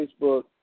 Facebook